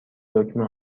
دکمه